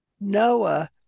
Noah